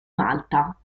malta